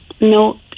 No